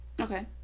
Okay